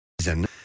season